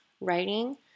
writing